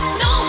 no